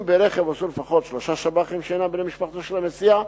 אם ברכב הוסעו לפחות שלושה שב"חים שאינם בני משפחתו של המסיע,